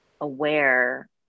aware